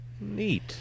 Neat